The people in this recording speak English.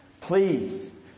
Please